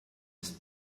ist